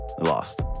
lost